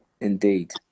Indeed